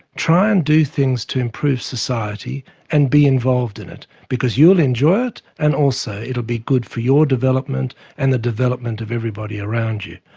try and do things to improve society and be involved in it, because you'll enjoy it, and also it will be good for your development and the development of everybody around you'.